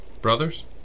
brothers